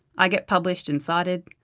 i get published and cited.